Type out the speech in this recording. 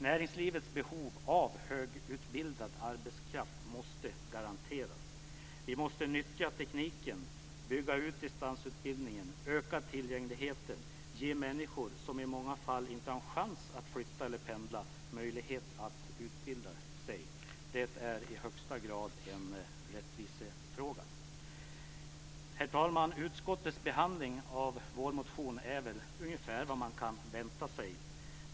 Näringslivets behov av högutbildad arbetskraft måste garanteras. Vi måste nyttja tekniken, bygga ut distansutbildningen, öka tillgängligheten, ge människor som i många fall inte har en chans att flytta eller pendla möjlighet att utbilda sig. Det är i högsta grad en rättvisefråga. Herr talman! Utskottets behandling av vår motion är väl ungefär vad man kan vänta sig.